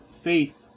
faith